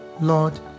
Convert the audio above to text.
Lord